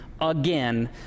again